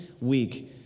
week